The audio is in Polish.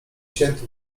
cięte